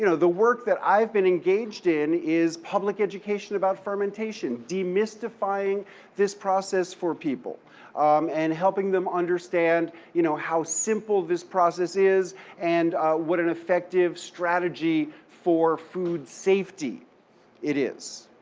you know the work that i've been engaged in is public education about fermentation demystifying this process for people and helping them understand, you know, how simple this process is and what an effective strategy for food safety it is.